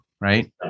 Right